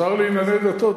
השר לענייני דתות,